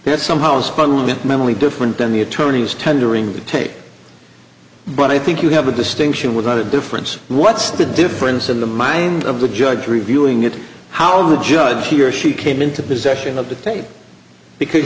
that somehow spun it mentally different then the attorneys tendering the tape but i think you have a distinction without a difference what's the difference in the mind of the judge reviewing it how the judge he or she came into possession of the thing because